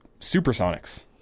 supersonics